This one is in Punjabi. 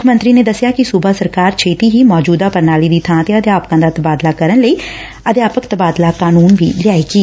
ਮੁੱਖ ਮੰਤਰੀ ਨੇ ਦਸਿਆ ਕਿ ਸੂਬਾ ਸਰਕਾਰ ਛੇਤੀ ਹੀ ਮੌਜੂਦਾ ਪ੍ਰਣਾਲੀ ਦੀ ਥਾਂ ਤੇ ਅਧਿਆਪਕਾਂ ਦਾ ਤਬਾਦਲਾ ਕਰਨ ਲਈ ਅਧਿਆਪਕ ਤਬਾਦਲਾ ਕਾਨੁੰਨ ਲਿਆਏਗੀ